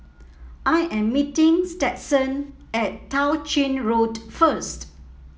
I am meeting Stetson at Tao Ching Road first